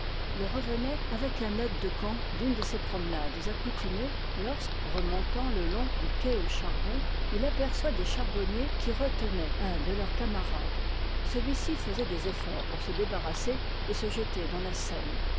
lt reencit avec un aide de camp d'une de ses promenades accoutumées lorsque remontant le long du quai au charbon il apeioit dos charbonniers qui retenoient mi de leurs èamarades celui-ci faisoit des eftorts pcrui se dcbarrasseï et se jeter dans la seine